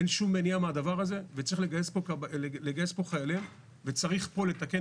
אין שום מניעה מהדבר הזה וצריך לגייס פה חיילים וצריך פה לתקן